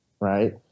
right